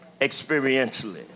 experientially